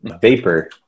Vapor